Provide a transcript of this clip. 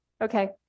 Okay